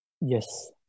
yes